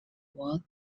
what